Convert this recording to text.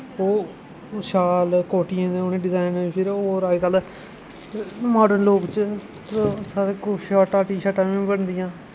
ओह् शाल कोटिये ते उ'नें डिजाइन फिर और अज्जकल मोर्डन लोग च साढ़ै कोल शर्टां टीशर्टां बी बनदियां